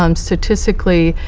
um statistically,